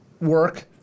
work